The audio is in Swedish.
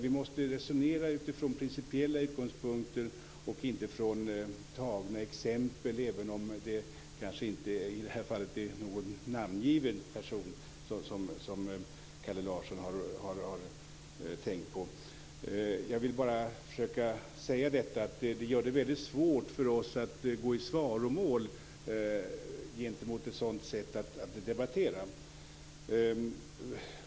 Vi måste resonera utifrån principiella utgångspunkter och inte utifrån tagna exempel, även om det i det här fallet inte är någon namngiven person som Kalle Larsson tänker på. Jag vill bara säga att ett sådant sätt att debattera gör det väldigt svårt för oss att gå i svaromål.